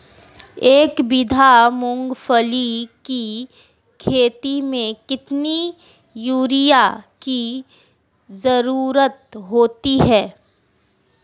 एक बीघा मूंगफली की खेती में कितनी यूरिया की ज़रुरत होती है?